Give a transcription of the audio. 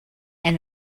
and